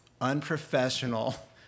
unprofessional